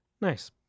Nice